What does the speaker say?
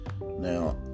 now